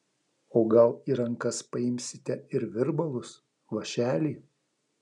o gal į rankas paimsite ir virbalus vąšelį